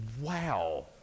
wow